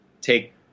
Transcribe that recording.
take